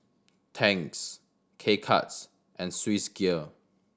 Tangs K Cuts and Swissgear